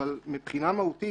אבל מבחינה מהותית,